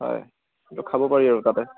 হয় খাব পাৰি আৰু তাতে